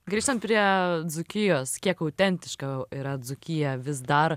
grįžtant prie dzūkijos kiek autentiška yra dzūkija vis dar